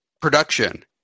production